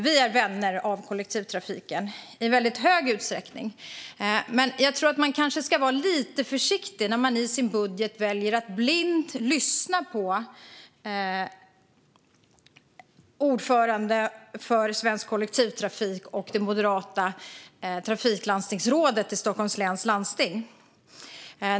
Vi är vänner av kollektivtrafiken i väldigt stor utsträckning, men jag tror att man kanske ska vara lite försiktig när man i sin budget väljer att blint lyssna på ordföranden för Svensk Kollektivtrafik och det moderata trafiklandstingsrådet i Stockholms läns landsting.